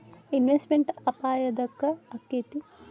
Investment ಅಪಾಯಾ ಯದಕ ಅಕ್ಕೇತಿ?